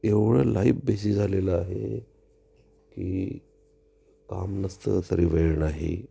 एवढं life busy झालेलं आहे की काम नसतं तरी वेळ नाही